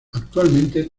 actualmente